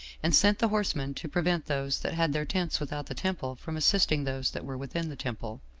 and sent the horsemen to prevent those that had their tents without the temple from assisting those that were within the temple,